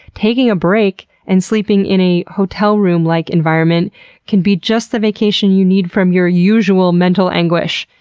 taking a break and sleeping in a hotel room-like environment can be just the vacation you need from your usual mental anguish.